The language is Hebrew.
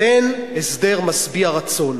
תן הסדר משביע רצון.